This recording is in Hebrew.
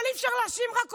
אבל אי-אפשר להאשים רק אותו,